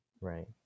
Right